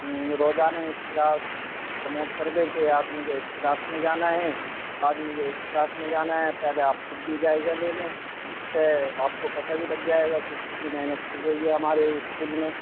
ہوں روزانہ ایک کلاس پرموٹ کر دیتے آپ مجھے اس کلاس میں جانا ہے بعد میں یہ اس کلاس میں جانا ہے پہلے آپ خود بھی جائزہ لے لیں اس سے آپ کو پتا بھی لگ جائے گا کہ کتنی منحت چل رہی ہے ہمارے اسکول میں